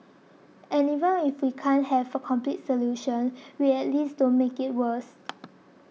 and even if we can't have a complete solution we at least don't make it worse